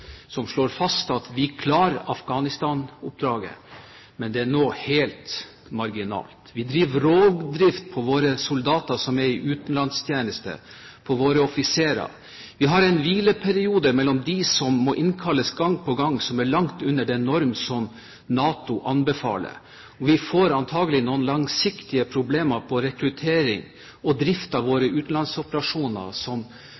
som slår fast at vi klarer Afghanistan-oppdraget, men det er nå helt marginalt. Vi driver rovdrift på våre soldater som er i utenlandstjeneste, og på våre offiserer. Vi har en hvileperiode mellom de som må innkalles gang på gang, som er langt unna den norm som NATO anbefaler, og vi får antakelig noen langsiktige problemer med rekruttering og drift av våre utenlandsoperasjoner som